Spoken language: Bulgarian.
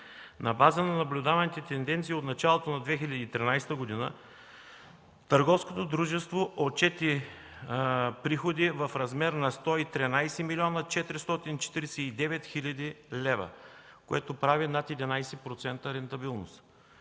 На база на наблюдаваните тенденции от началото на 2013 г. търговското дружество отчете приходи в размер на 113 млн. 449 хил. лв., което прави над 11% рентабилност.